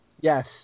Yes